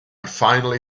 finally